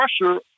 pressure